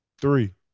three